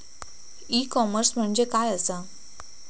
E commerce म्हणजे काय असा?